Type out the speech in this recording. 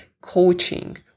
coaching